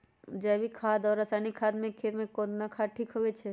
जैविक खाद और रासायनिक खाद में खेत ला कौन खाद ठीक होवैछे?